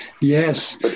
Yes